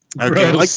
Okay